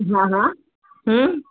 हा हा हम्म